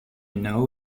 know